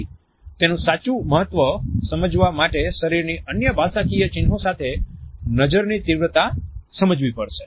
તેથી તેનું સાચું મહત્વ સમજવા માટે શરીરની અન્ય ભાષાકીય ચિન્હો સાથે નજરની તીવ્રતા સમજવી પડશે